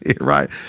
Right